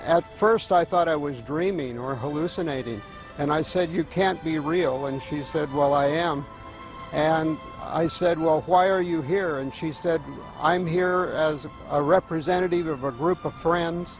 at first i thought i was dreaming or hallucinating and i said you can't be real and she said well i am and i said well why are you here and she said i'm here as a representative of a group of friends